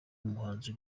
umuhanzi